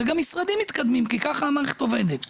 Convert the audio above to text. וגם משרדים מתקדמים, כי ככה המערכת עובדת.